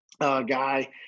guy